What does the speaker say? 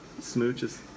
Smooches